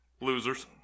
Losers